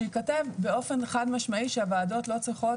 שייכתב באופן חד משמעי שהוועדות לא צריכות